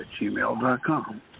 gmail.com